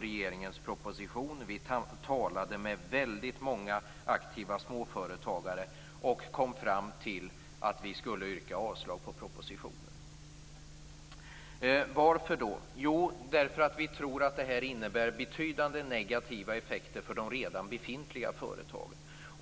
regeringens proposition. Vi talade med väldigt många aktiva småföretagare och kom fram till att vi skulle yrka avslag på propositionen. Varför? Vi tror att detta innebär betydande negativa effekter för de redan befintliga företagen.